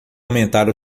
aumentar